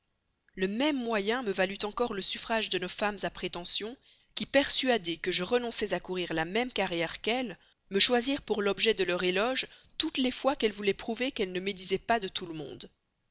le même moyen me valut encore le suffrage de nos femmes à prétentions qui persuadées que je renonçais à courir la même carrière qu'elles me choisirent pour l'objet de leurs éloges toutes les fois qu'elles voulaient prouver qu'elles ne médisaient pas de tout le monde